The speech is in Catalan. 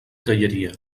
callaria